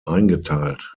eingeteilt